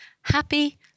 happy